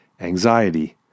anxiety